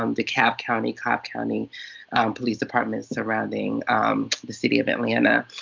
um the cobb county cobb county police department surrounding the city of atlanta.